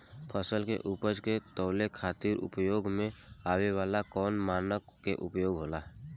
फसल के उपज के तौले खातिर उपयोग में आवे वाला कौन मानक के उपयोग होला?